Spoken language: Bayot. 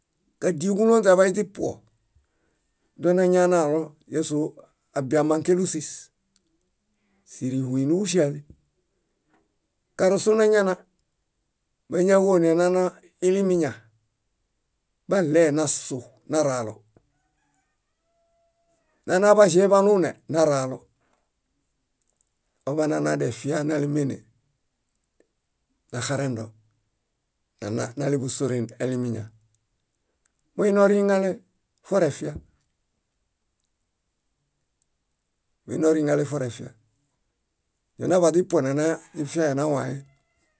. Kadie kúlonźe aḃayuźipuo, donañanalo násoo abiaamãkelu sís, sírihuyuniġusiale. Karosunañana; máñaġone nana ilimiña baɭee nassu naralo, nana baĵebalune naralo aḃanana defia nálemene naxarendo nánaleḃusoren elimiña. Foinoriŋale forefia, foinoriŋale forefia. Ñonaḃaźipuo nanaźifiayonawayen.